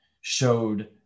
showed